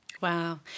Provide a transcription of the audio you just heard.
Wow